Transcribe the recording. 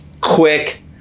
quick